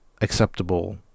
acceptable